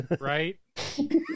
Right